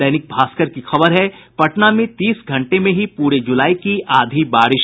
दैनिक भास्कर की खबर है पटना में तीस घंटे में ही पूरे जुलाई की आधी बारिश